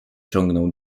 ciągnął